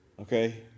okay